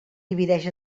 divideix